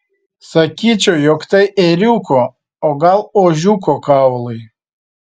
sakyčiau jog tai ėriuko o gal ožiuko kaulai